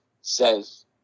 says